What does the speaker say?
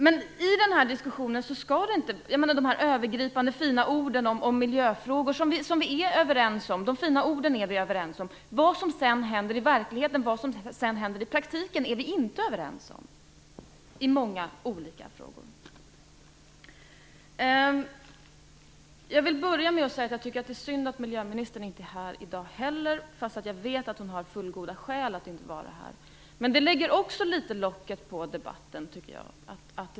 Jag menar att vi är överens om de övergripande fina orden om miljöfrågor, de fina orden är vi överens om, vad som sedan händer i verkligheten, i praktiken är vi inte överens om i många olika frågor. Jag tycker att det är synd att miljöministern inte är här i dag heller, trots att jag vet att hon har fullgoda skäl att inte vara här. Det lägger också litet locket på i debatten, tycker jag.